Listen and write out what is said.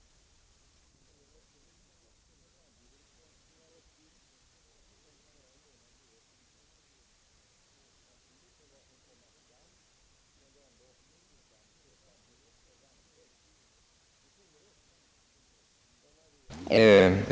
Utrikeshandeln ger ett underskott i handelsbalansen för januari månad 1967 på 419 miljoner kronor mot 343 miljoner kronor för januari 1966.